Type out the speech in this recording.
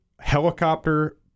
helicopter